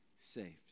saved